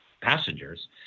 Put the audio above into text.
passengers